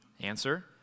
Answer